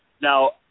Now